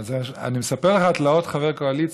אני מספר לך על תלאות חבר קואליציה.